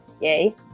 yay